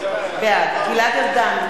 בעד גלעד ארדן,